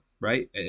right